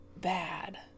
bad